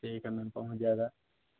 ठीक है मैम पहुँच जाएगा